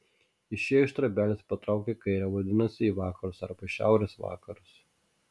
išėjo iš trobelės patraukė į kairę vadinasi į vakarus arba šiaurės vakarus